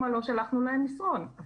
מה-25,000 תפחיתו את אלה שלא קיבלו מסרון.